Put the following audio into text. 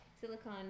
Silicon